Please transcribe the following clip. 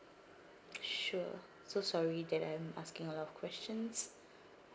sure so sorry that I'm asking a lot of questions